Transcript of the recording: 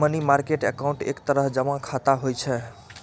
money market account एक तरह जमा खाता होइ छै